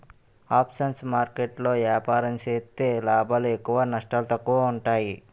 options market లో ఏపారం సేత్తే లాభాలు ఎక్కువ నష్టాలు తక్కువ ఉంటాయి